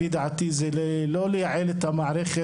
לפי דעתי, לא הייתה לייעל את המערכת.